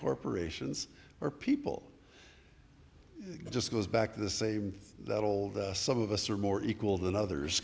corporations are people it just goes back to the same that old some of us are more equal than others